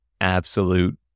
absolute